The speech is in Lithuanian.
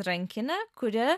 rankinė kuri